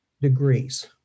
degrees